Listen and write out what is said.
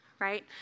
Right